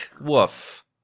woof